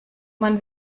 man